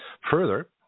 Further